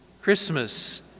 Christmas